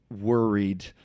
worried